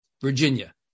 Virginia